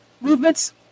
movements